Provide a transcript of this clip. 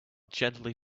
gently